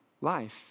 life